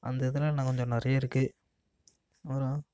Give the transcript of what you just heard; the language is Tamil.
அந்த இதெல்லாம் கொஞ்சம் நிறைய இருக்கு அப்புறம்